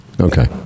Okay